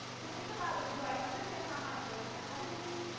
so think about you know do i understand how much work is ahead of me,